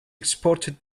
exported